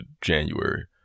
January